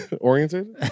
Oriented